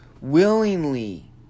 willingly